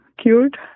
cured